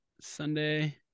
sunday